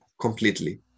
completely